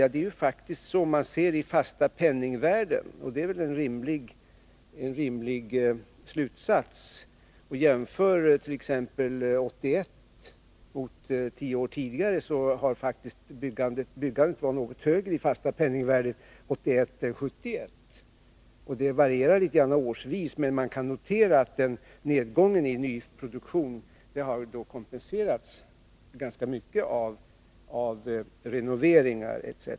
Om man jämför förhållandena 1981 med förhållandena tio år tidigare och räknar i fast penningvärde — och det är väl rimligt — visar det sig att byggandet faktiskt låg något högre 1981 än 1971. Det varierar litet grand årsvis, men man kan notera att nedgången i nyproduktion har kompenserats ganska mycket av renoveringar etc.